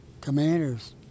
commanders